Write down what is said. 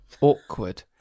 Awkward